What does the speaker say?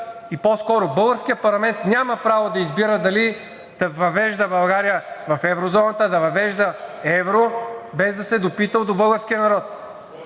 и по-скоро българският парламент няма право да избира дали да въвежда България в еврозоната, да въвежда евро, без да се е допитал до българския народ.